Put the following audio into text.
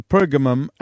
Pergamum